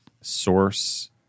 source